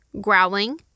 growling